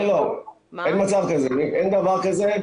לא לא, אין דבר כזה.